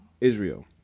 Israel